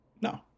No